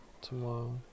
tomorrow